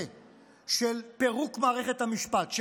של פירוק מערכת המשפט, של פגיעה